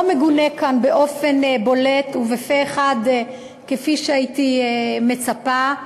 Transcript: לא מגונה כאן באופן בולט ופה-אחד כפי שהייתי מצפה,